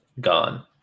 gone